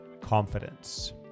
confidence